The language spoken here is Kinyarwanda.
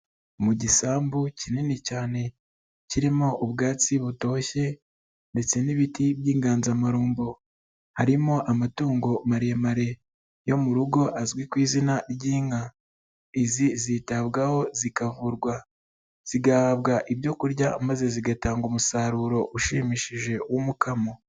Mu gisambu kinini cyane, kirimo ubwatsi butoshye ndetse n'ibiti by'inganzamarumbo, harimo amatungo maremare yo mu rugo azwi ku izina ry'inka, izi zitabwaho zikavurwa zigahabwa ibyo kurya, maze zigatanga umusaruro ushimishije w'umukamo.